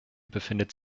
befindet